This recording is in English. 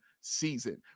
season